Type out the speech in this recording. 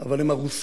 אבל הם הרוסים.